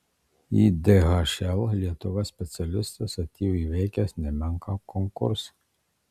į dhl lietuva specialistas atėjo įveikęs nemenką konkursą